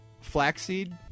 Flaxseed